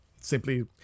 simply